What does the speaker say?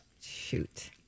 Shoot